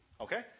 Okay